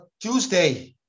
Tuesday